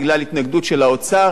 אבל לדעתי,